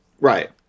Right